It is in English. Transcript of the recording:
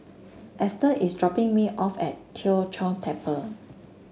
Ester is dropping me off at Tien Chor Temple